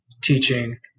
teaching